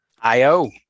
i-o